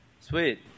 Sweet